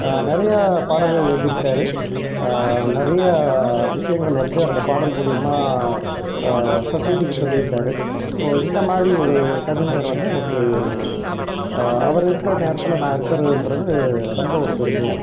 நிறையா பாடல்கள் எழுதிருக்கார் நிறையா விஷயங்கள் வந்து அந்த பாடல் மூலயமா சொசைட்டிக்கு சொல்லியிருக்காரு ஸோ இந்தமாதிரி ஒரு கவிஞர் வந்து எனக்கு அவர் இருக்கிற நேரத்தில் நான் இருக்கறதுன்றது ரொம்ப ஒரு பெருமையாக இருக்குது